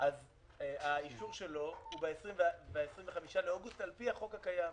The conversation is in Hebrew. אז האישור שלו הוא ב-25 באוגוסט על פי החוק הקיים.